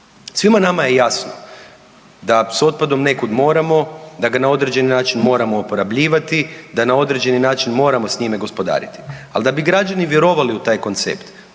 Svima nama je jasno da s otpadom nekud moramo, da ga na određeni način moramo oporabljivati, da na određeni način moramo s njime gospodariti, ali da bi građani vjerovali u taj koncept